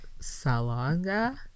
Salonga